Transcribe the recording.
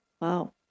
Wow